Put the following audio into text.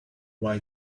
why